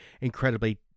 incredibly